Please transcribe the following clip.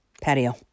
patio